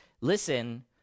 listen